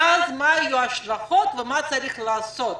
ואז מה יהיו ההשלכות ומה צריך לעשות?